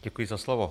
Děkuji za slovo.